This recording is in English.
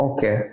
Okay